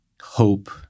hope